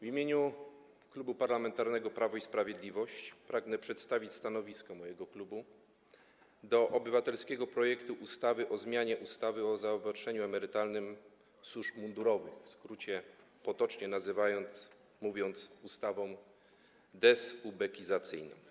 W imieniu Klubu Parlamentarnego Prawo i Sprawiedliwość pragnę przedstawić stanowisko mojego klubu wobec obywatelskiego projektu ustawy o zmianie ustawy o zaopatrzeniu emerytalnym służb mundurowych, mówiąc w skrócie, potocznie nazywając, ustawy dezubekizacyjnej.